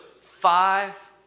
five